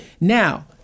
Now